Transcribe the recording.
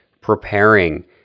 preparing